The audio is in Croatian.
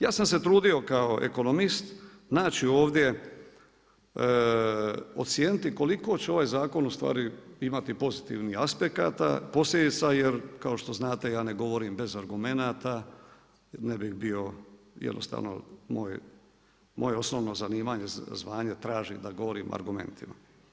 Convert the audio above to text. Ja sam se trudio kao ekonomist naći ovdje, ocijeniti koliko će ovaj zakon ustvari imati pozitivnih aspekata, posljedica, jer kao što znate ja ne govorim bez argumenata, ne bih bio jednostavno moj, moje osnovno zanimanje, zvanje traži da govorim argumentima.